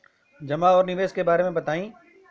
जमा और निवेश के बारे मे बतायी?